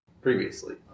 Previously